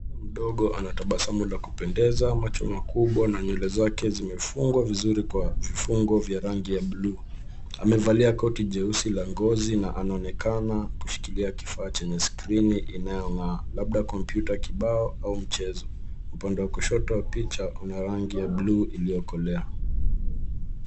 Mtoto mdogo ana tabasamu la kupendeza, macho makubwa na nywele zake zimefungwa vizuri kwa vifungo vya rangi ya buluu. Amevalia koti jeusi la ngozi na anaonekana kushikilia kifaa chenye skrini inayong'aa labda kompyuta kibao au mchezo. Upande wa kushoto wa picha una rangi ya buluu iliyokolea.